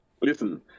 listen